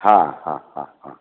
হ্যাঁ হ্যাঁ হ্যাঁ হ্যাঁ